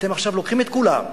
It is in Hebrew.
אתם עכשיו לוקחים את כולם,